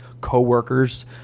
coworkers